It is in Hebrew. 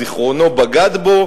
זיכרונו בגד בו,